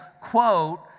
quote